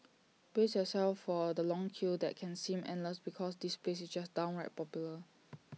brace yourself for the long queue that can seem endless because this place is just downright popular